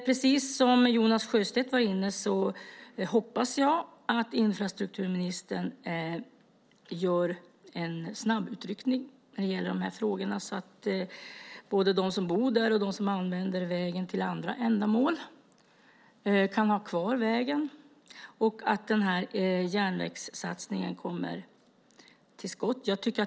Precis som Jonas Sjöstedt hoppas jag att infrastrukturministern gör en snabbutryckning så att både de som bor där och de som använder vägen till andra ändamål kan ha den kvar och att järnvägssatsningen kommer till skott.